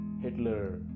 Hitler